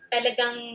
Talagang